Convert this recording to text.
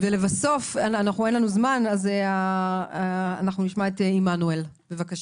גולדין, בבקשה.